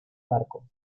barco